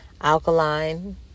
alkaline